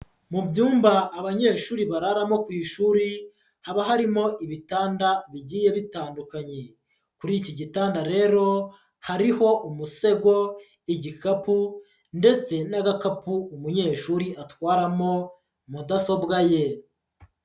Mu byumba abanyeshuri bararamo ku ishuri, haba harimo ibitanda bigiye bitandukanye, kuri iki gitanda rero, hariho umusego, igikapu, ndetse n'agakapu umunyeshuri atwaramo mudasobwa ye.